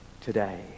today